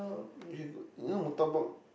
you you know Murtabak